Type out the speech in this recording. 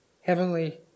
heavenly